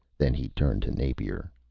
then he turned to napier.